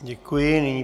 Děkuji.